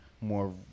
more